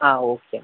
ആ ഓക്കെ എന്നാൽ